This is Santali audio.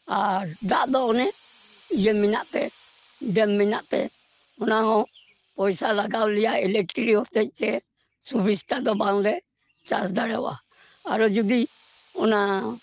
ᱟᱨ ᱫᱟᱜ ᱫᱚ ᱚᱱᱮ ᱤᱭᱟᱹ ᱢᱮᱟᱜ ᱛᱮ ᱰᱮᱢ ᱢᱮᱱᱟᱜ ᱛᱮ ᱚᱱᱟᱦᱚᱸ ᱯᱚᱭᱥᱟ ᱞᱟᱜᱟᱣ ᱞᱮᱭᱟ ᱤᱞᱮᱠᱴᱨᱤ ᱦᱚᱛᱮᱡ ᱛᱮ ᱥᱩᱵᱤᱥᱛᱟ ᱫᱚ ᱵᱟᱝᱞᱮ ᱪᱟᱥ ᱫᱟᱲᱮᱣᱟ ᱟᱨᱚ ᱡᱩᱫᱤ ᱚᱱᱟ